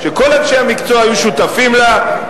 שכל אנשי המקצוע היו שותפים לה,